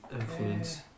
influence